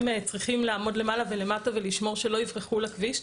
צריכים לעמוד למעלה ולמטה ולשמור שלא יברחו לכביש.